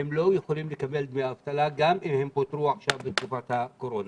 לא יכולים לקבל דמי אבטלה גם אם הם פוטרו עכשיו בתקופת הקורונה.